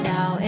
Now